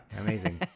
Amazing